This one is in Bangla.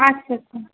আচ্ছা আচ্ছা